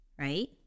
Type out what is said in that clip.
right